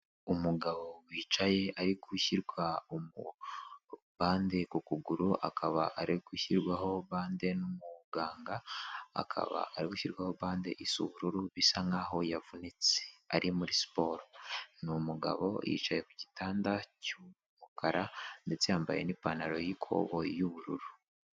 Umugabo wicaye ari gushyirwa bande ku kuguru akaba ari gushyirwaho bande n'umuganga akaba ari gushyirwaho bande isa n'ubururu bisa nkaho yavunitse, ari muri siporo. Ni umugabo yicaye kugitanda cy'umukara ndetse yambaye n'ipantaro yikoboyi y'ubururu.